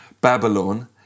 Babylon